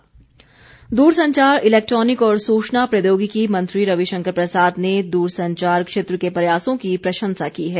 दुरसंचार दिवस दूरसंचार इलैक्ट्रॉनिक और सूचना प्रौद्योगिकी मंत्री रवि शंकर प्रसाद ने दूरसंचार क्षेत्र के प्रयासों की प्रशंसा की है